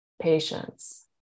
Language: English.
patience